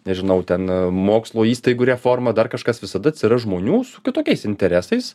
nežinau ten mokslo įstaigų reforma dar kažkas visada atsiras žmonių su kitokiais interesais